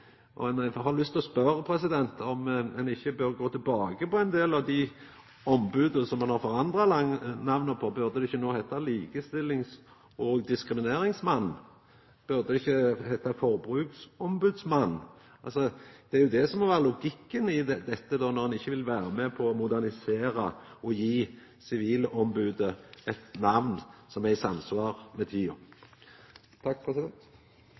har lyst til å spørja om ein ikkje bør gå tilbake på namna til ein del av dei omboda ein har forandra namna på. Burde det ikkje no heita «likestillings- og diskrimineringsmannen», burde det ikkje heita «forbrukarombodsmannen»? Det er jo det som må vera logikken i dette når ein ikkje vil vera med på å modernisera og gje sivilombodet eit namn som er i